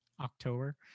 October